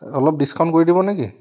অলপ ডিছকাউণ্ট কৰি দিব নেকি